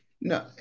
no